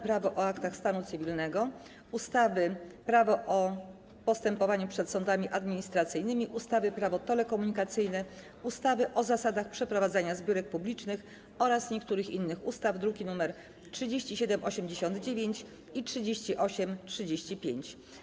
Prawo o aktach stanu cywilnego, ustawy Prawo o postępowaniu przed sądami administracyjnymi, ustawy Prawo telekomunikacyjne, ustawy o zasadach przeprowadzania zbiórek publicznych oraz niektórych innych ustaw (druki nr 3789 i 3835)